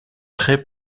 très